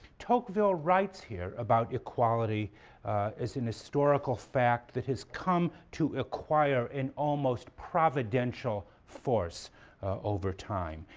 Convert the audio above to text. tocqueville writes here about equality as an historical fact that has come to acquire an almost providential force over time.